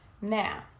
Now